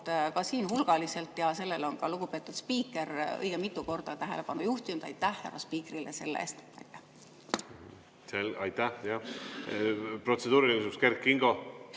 poolt hulgaliselt ja sellele on ka lugupeetud spiiker õige mitu korda tähelepanu juhtinud. Aitäh härra spiikrile selle eest! Aitäh! Protseduuriline küsimus, Kert Kingo.